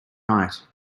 night